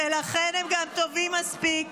ולכן הם גם טובים מספיק